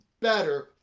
better